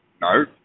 no